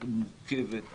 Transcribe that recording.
המורכבת,